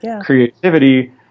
creativity